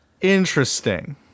Interesting